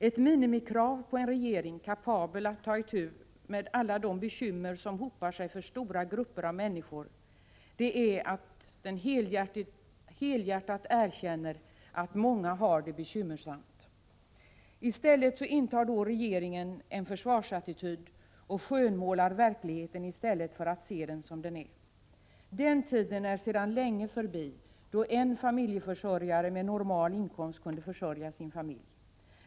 Ett minimikrav på en regering, kapabel att ta itu med alla de bekymmer som hopar sig för stora grupper av människor, är att den helhjärtat erkänner att många har det bekymmersamt. I stället intar regeringen en försvarsattityd. Man skönmålar verkligheten i stället för att se den som den är. Den tid är sedan länge förbi då en familjeförsörjare med normal inkomst kunde försörja sin familj.